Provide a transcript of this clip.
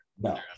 No